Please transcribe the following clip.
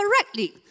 correctly